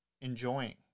enjoying